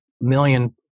million